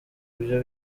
ibyo